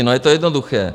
No, je to jednoduché.